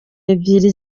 ebyiri